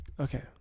Okay